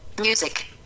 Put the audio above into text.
Music